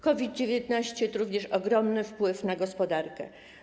COVID-19 to również ogromny wpływ na gospodarkę.